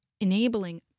enabling